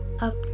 up